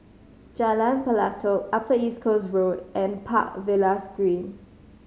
Jalan Pelatok Upper East Coast Road and Park Villas Green